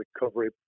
recovery